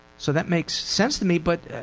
so that makes sense to me, but